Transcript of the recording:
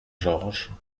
georges